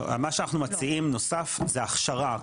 לא מה שאנחנו מציעים נוסף זה הכשרה,